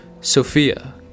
Sophia